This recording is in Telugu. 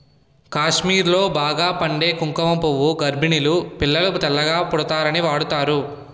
కాశ్మీర్లో బాగా పండే కుంకుమ పువ్వు గర్భిణీలు పిల్లలు తెల్లగా పుడతారని వాడుతారు